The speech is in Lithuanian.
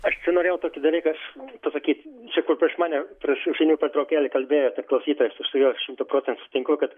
aš norėjau tokį dalyką pasakyt čia kur prieš prieš mane prieš žinių pertraukėlę kalbėjot ir klausytojas aš su juo šimtu procentų sutinku kad